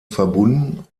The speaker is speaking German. verbunden